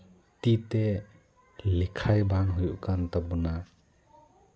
ᱛᱤ ᱛᱮ ᱞᱮᱠᱷᱟᱭ ᱵᱟᱝ ᱦᱩᱭᱩᱜ ᱠᱟᱱ ᱛᱟᱵᱳᱱᱟ